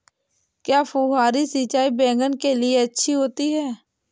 क्या फुहारी सिंचाई बैगन के लिए अच्छी होती है?